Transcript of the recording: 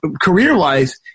career-wise